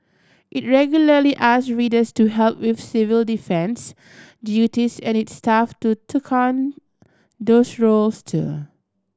it regularly asked readers to help with civil defence duties and its staff to took on those roles too